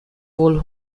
wohl